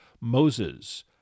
Moses